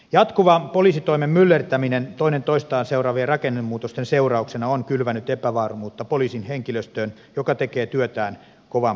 jatkuva poliisitoimen myllertäminen toinen toistaan seuraavien rakennemuutosten seurauksena on kylvänyt epävarmuutta poliisin henkilöstöön joka tekee työtään kovan paineen alla